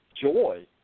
joy